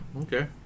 Okay